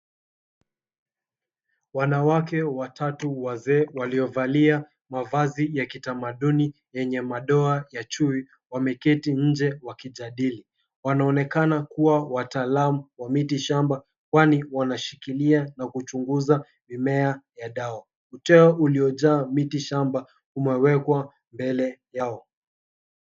Wanawake watatu wazee waliovalia mavazi ya kitamaduni yenye madoa ya chui wameketi nje wakijadili. Wanaonekana kuwa wataalam wa miti shamba kwani wanashikilia na kuchunguza mimea ya dawa. Uteo uliojaa miti shamba umewekwa mbele yao.